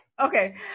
Okay